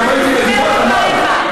הייתי שם כבר ארבע פעמים,